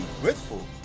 grateful